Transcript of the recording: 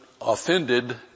offended